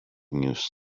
news